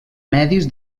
medis